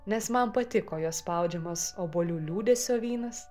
nes man patiko jo spaudžiamas obuolių liūdesio vynas